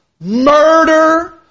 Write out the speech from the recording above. murder